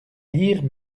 lire